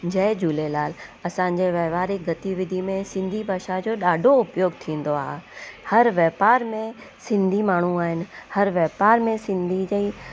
जय झूलेलाल असांजे व्यवहारिक गतिविधी में सिंधी भाषा जो ॾाढो उपयोगु थींदो आहे हर वापार में सिंधी माण्हू आहिनि हर वापार में सिंधी जा ई